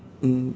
mm